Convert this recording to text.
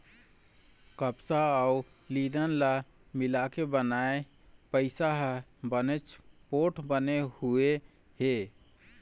कपसा अउ लिनन ल मिलाके बनाए पइसा ह बनेच पोठ बने हुए हे